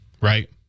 Right